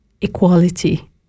equality